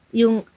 yung